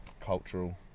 cultural